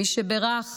"מי שבירך